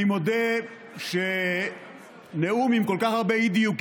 אני מודה שכבר מזמן לא שמעתי נאום עם כל כך הרבה אי-דיוקים.